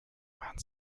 man